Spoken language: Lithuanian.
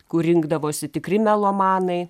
kur rinkdavosi tikri melomanai